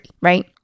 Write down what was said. right